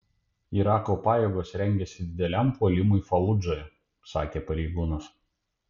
irako pajėgos rengiasi dideliam puolimui faludžoje sakė pareigūnas